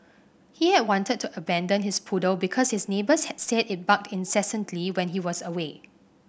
he had wanted to abandon his poodle because his neighbours had said it barked incessantly when he was away